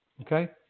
Okay